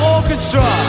Orchestra